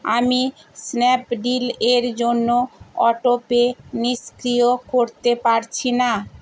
আমি স্ন্যাপডিল এর জন্য অটো পে নিষ্ক্রিয় করতে পারছি না